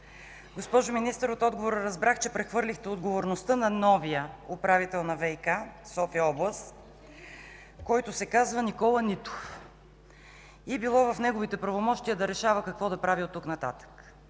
Госпожо Министър, от отговора разбрах, че прехвърлихте отговорността на новия управител на ВиК София област, който се казва Никола Нитов и, че било в неговите правомощия да решава какво да прави от тук нататък.